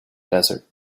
desert